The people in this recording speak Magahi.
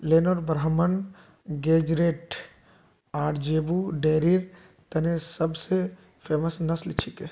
नेलोर ब्राह्मण गेज़रैट आर ज़ेबू डेयरीर तने सब स फेमस नस्ल छिके